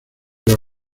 pero